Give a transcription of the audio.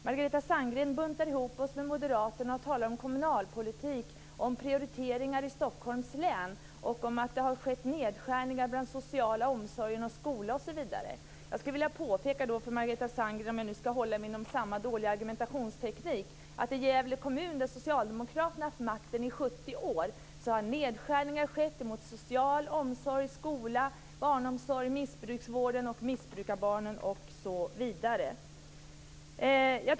Margareta Sandgren buntar ihop oss kristdemokrater med moderaterna och talar om kommunalpolitik och om prioriteringar i Stockholms län och om att det har skett nedskärningar i den sociala omsorgen, skolan osv. Om jag nu skall hålla mig till samma dåliga argumentationsteknik, vill jag påpeka för Margareta Sandgren att i Gävle kommun där socialdemokraterna har haft makten i 70 år har nedskärningar skett inom social omsorg, skola, barnomsorg, missbruksvården osv.